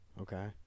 Okay